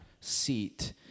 seat